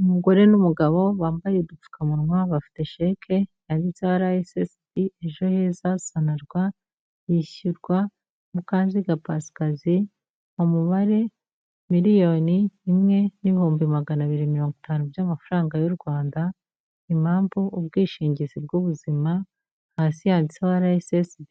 Umugore n'umugabo bambaye udupfukamunwa, bafite sheke yanditseho RSSB, Ejo Heza, SONARWA, yishyurwa Mukanziga Paskazi, umubare: miliyoni imwe n'ibihumbi magana abiri mirongo itanu by'amafaranga y'u Rwanda, impamvu: ubwishingizi bw'ubuzima, hasi handitseho RSSB,